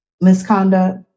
misconduct